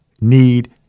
need